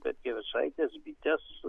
petkevičaitės bitės